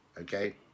Okay